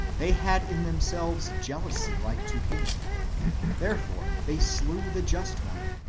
they had in themselves jealousy like to cain therefore they slew the just one,